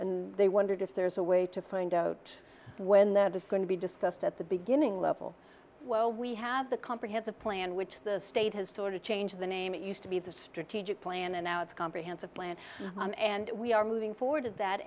and they wondered if there's a way to find out when that is going to be discussed at the beginning level while we have the comprehensive plan which the state has told to change the name it used to be the strategic plan and now it's a comprehensive plan and we are moving forward t